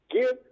give